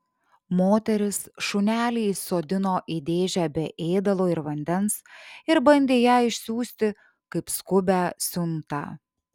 moteris šunelį įsodino į dėžę be ėdalo ir vandens ir bandė ją išsiųsti kaip skubią siuntą